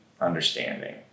understanding